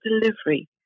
delivery